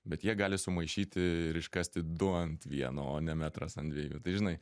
bet jie gali sumaišyti ir iškasti du ant vieno o ne metras ant dviejų tai žinai